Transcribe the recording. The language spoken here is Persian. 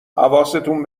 حواستون